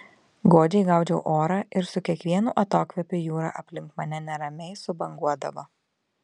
godžiai gaudžiau orą ir su kiekvienu atokvėpiu jūra aplink mane neramiai subanguodavo